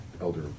elder